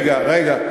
רגע, רגע.